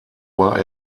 war